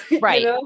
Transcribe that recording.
right